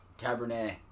Cabernet